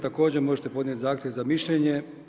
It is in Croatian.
Također možete podnijeti zahtjev za mišljenje.